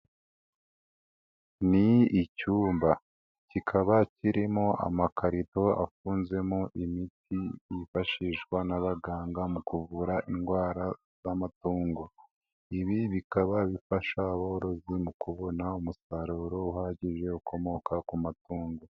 Ni icyumba kikaba kirimo amakarito afunzemo imiti yifashishwa n'abaganga mu kuvura indwara z'amatungo. Ibi bikaba bifasha aborozi mu kubona umusaruro uhagije ukomoka ku matungo.